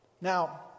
now